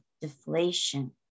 deflation